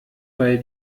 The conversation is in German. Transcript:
weil